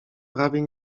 prawie